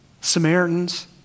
Samaritans